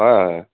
হয় হয়